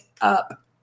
up